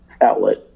outlet